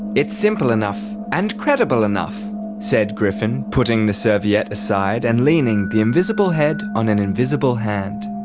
it's simple enough, and credible enough said griffin, putting the serviette aside and leaning the invisible head on an invisible hand.